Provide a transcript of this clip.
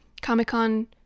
comic-con